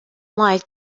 like